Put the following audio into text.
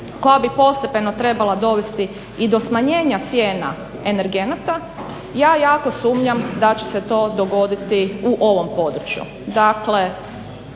koja bi postepeno trebala dovesti i do smanjenja cijena energenata, ja jako sumnjam da će se to dogoditi u ovom području.